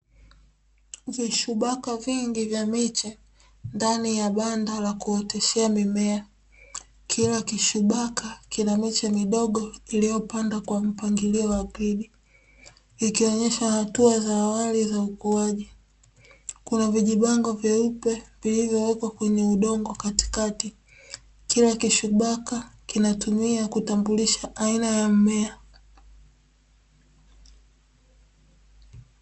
Vishubaka vingi vya miche ndani ya banda la kuoteshea mimea, kila kishubaka kina miche midogo iliyopandwa kwa mpangilio wa grini, ikionyesha hatua za awali za ukuaji, kuna vijiganga vyeupe vilivyowekwa kwenye udongo katikati kila kishubaka kinatumia kutambulisha aina ya mmea.